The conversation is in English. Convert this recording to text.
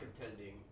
contending